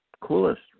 coolest